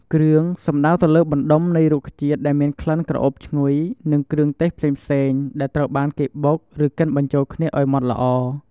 គ្រឿង សំដៅទៅលើបណ្តុំនៃរុក្ខជាតិដែលមានក្លិនក្រអូបឈ្ងុយ និងគ្រឿងទេសផ្សេងៗ ដែលត្រូវបានគេបុក ឬកិនបញ្ចូលគ្នា ឱ្យម៉ដ្តល្អ។